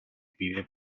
pide